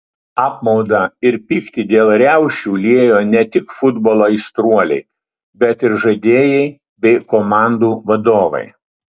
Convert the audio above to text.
apmaudą ir pyktį dėl riaušių liejo ne tik futbolo aistruoliai bet ir žaidėjai bei komandų vadovai